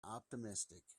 optimistic